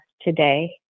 today